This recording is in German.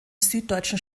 süddeutschen